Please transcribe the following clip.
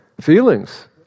Feelings